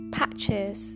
patches